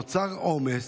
נוצר עומס,